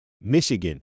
Michigan